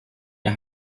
der